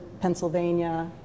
Pennsylvania